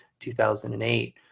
2008